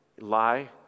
Lie